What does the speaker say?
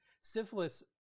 syphilis